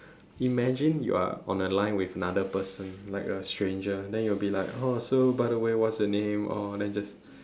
imagine you're on the line with another person like a stranger then you'll be like oh so by the way what's your name oh then just